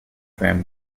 brim